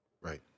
Right